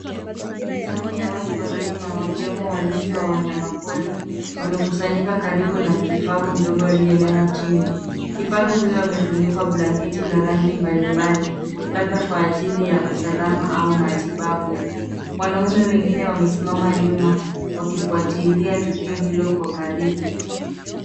Timu ya watu wazima wakiwemo walinzi wa wanyama pori wamekusanyika karibu na kifaru mdogo aliyelala chini. Kifaru huyo amefunikwa blanketi la rangi mbalimbali, labda kwa ajili ya usalama au matibabu. Wanaume wengine wamesimama nyuma wakifuatilia tukio hilo kwa karibu.